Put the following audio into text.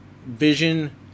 Vision